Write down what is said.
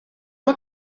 mae